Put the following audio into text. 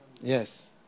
Yes